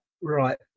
Right